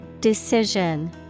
Decision